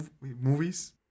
movies